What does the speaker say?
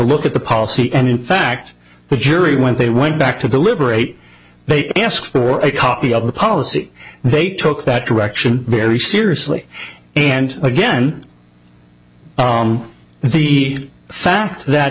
look at the policy and in fact the jury when they went back to deliberate they asked for a copy of the policy they took that direction very seriously and again the fact that